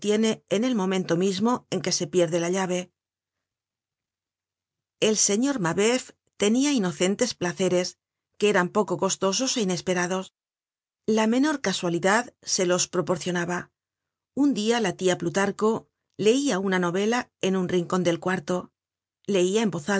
en el momento mismo en que se pierde la llave el señor mabeuf tenia inocentes placeres que eran poco costosos é inesperados la menor casualidad se los proporcionaba un dia la tia plutarco leia una novela en un rincon del cuarto leia en